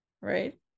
right